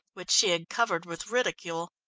which she had covered with ridicule.